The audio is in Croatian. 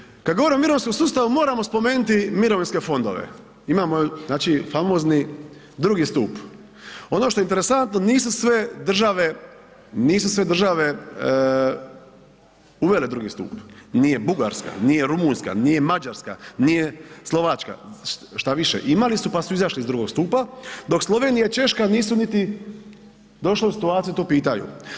Ajmo dalje, kad govorimo o mirovinskom sustavu moramo spomenuti mirovinske fondove, imamo jel, znači famozni drugi stup, ono što je interesantno nisu sve države, nisu sve države uvele drugi stup, nije Bugarska, nije Rumunjska, nije Mađarska, nije Slovačka, štaviše imali su, pa su izašli iz drugog stupa, dok Slovenija i Češka nisu niti došle u situaciju da to pitaju.